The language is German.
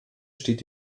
steht